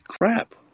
crap